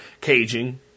Caging